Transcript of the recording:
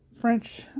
French